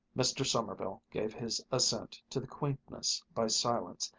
mr. sommerville gave his assent to the quaintness by silence,